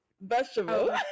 Vegetable